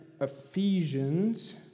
Ephesians